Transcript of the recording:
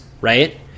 right